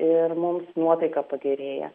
ir mums nuotaika pagerėja